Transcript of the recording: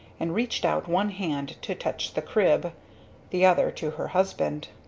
and reached out one hand to touch the crib the other to her husband.